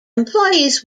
employees